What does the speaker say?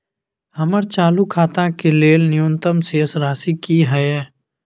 हमर चालू खाता के लेल न्यूनतम शेष राशि की हय?